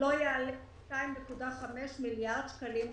לא יעלה על 2.5 מיליארד שקלים חדשים,"